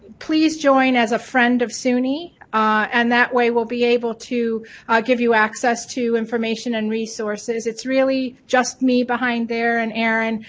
please join as a friend of suny and that way we'll be able to give you access to information and resources, it's really just me behind there and erin,